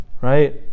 Right